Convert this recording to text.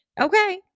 Okay